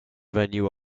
venue